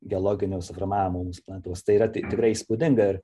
geologinio suformavimo mūsų planetos tai yra t tikrai įspūdinga ir